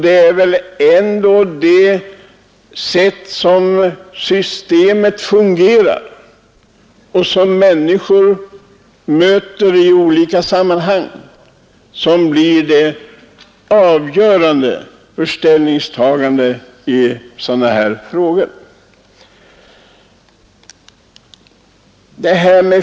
Det är väl ändå det sätt som systemet fungerar på och som människorna möter det i olika sammanhang som blir avgörande för ställningstagandet i dessa frågor.